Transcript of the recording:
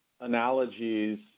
analogies